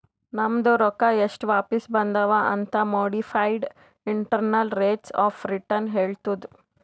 ನಮ್ದು ರೊಕ್ಕಾ ಎಸ್ಟ್ ವಾಪಿಸ್ ಬಂದಾವ್ ಅಂತ್ modified internal rates of return ಹೇಳತ್ತುದ್